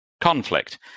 conflict